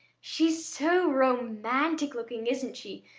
she's so romantic-looking, isn't she?